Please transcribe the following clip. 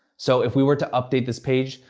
so if we were to update this page,